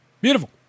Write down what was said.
Beautiful